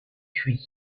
cuits